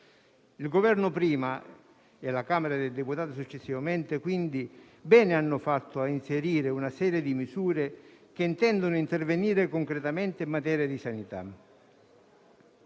Il Governo prima e la Camera dei deputati successivamente bene hanno fatto a inserire una serie di misure che intendono intervenire concretamente in materia di sanità.